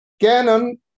Canon